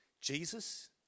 Jesus